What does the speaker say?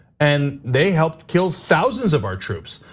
and they helped kill thousands of our troops.